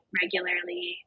regularly